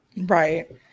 Right